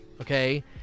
Okay